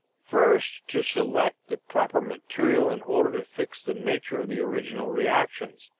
first, to select the proper material in order to fix the nature of the original reactions,